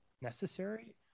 necessary